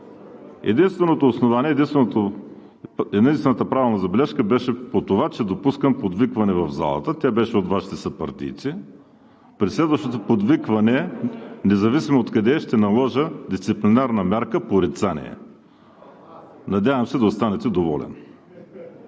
единствената правилна забележка беше по това, че допускам подвиквания в залата, тя беше от Вашите съпартийци. При следващото подвикване, независимо откъде е, ще наложа дисциплинарна мярка „порицание“. Надявам се да останете доволен.